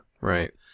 Right